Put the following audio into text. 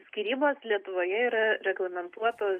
skyrybos lietuvoje yra reglamentuotos